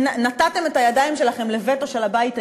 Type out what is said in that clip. נתתם את הידיים שלכם לווטו של הבית היהודי,